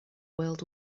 world